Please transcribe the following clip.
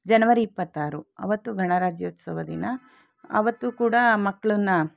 ಜನವರಿ ಇಪ್ಪತ್ತಾರು ಆವತ್ತು ಗಣರಾಜ್ಯೋತ್ಸವ ದಿನ ಆವತ್ತು ಕೂಡ ಮಕ್ಕಳನ್ನ